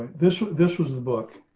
this, this was the book.